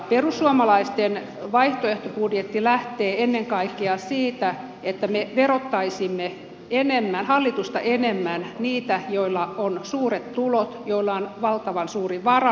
perussuomalaisten vaihtoehtobudjetti lähtee ennen kaikkea siitä että me verottaisimme hallitusta enemmän niitä joilla on suuret tulot joilla on valtavan suuri varallisuus